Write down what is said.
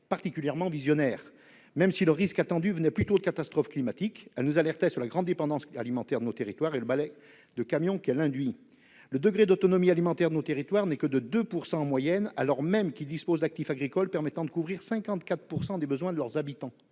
particulièrement visionnaire ! Même si elle mettait plutôt l'accent sur le risque de catastrophe climatique, elle nous alertait sur la grande dépendance alimentaire de nos territoires et le ballet de camions qu'elle induit. Le degré d'autonomie alimentaire de nos territoires n'est que de 2 % en moyenne, alors même qu'ils disposent d'actifs agricoles permettant de couvrir 54 % des besoins de leurs habitants.